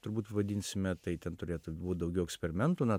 turbūt vadinsime tai ten turėtų būt daugiau eksperimentų na